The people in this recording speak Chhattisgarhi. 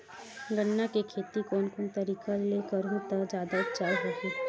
गन्ना के खेती कोन कोन तरीका ले करहु त जादा उपजाऊ होही?